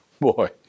Boy